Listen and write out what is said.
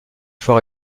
fois